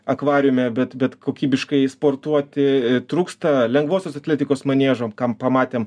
akvariume bet bet kokybiškai sportuoti trūksta lengvosios atletikos maniežo kam pamatėm